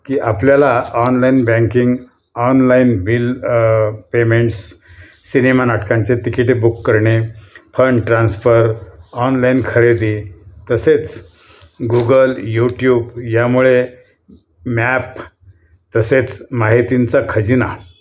की आपल्याला online banking online bill payments cinema नाटकांचे तिकिटे बुक करणे फंड ट्रान्स्फर ऑनलाईन खरेदी तसेच गुगल यूट्यूब यामुळे मॅप तसेच माहितींचा खजीना